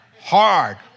hard